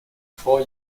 four